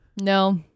No